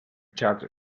charge